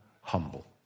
humble